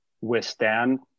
withstand